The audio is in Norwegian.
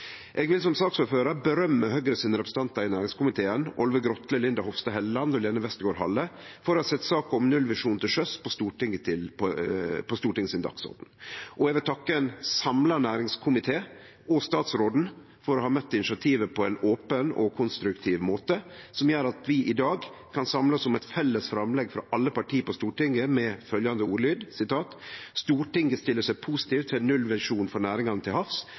Eg vil som saksordførar rose Høgre sine representantar i næringskomiteen, Olve Grotle, Linda Hofstad Helleland og Lene Westgaard-Halle, for å ha sett saka om ein nullvisjon til sjøs på Stortingets dagsorden. Og eg vil takke ein samla næringskomité og statsråden for å ha møtt initiativet på ein open og konstruktiv måte, som gjer at vi i dag kan samle oss om eit felles framlegg frå alle parti på Stortinget, med følgjande ordlyd: «Stortinget stiller seg positiv til ein nullvisjon for næringane til havs,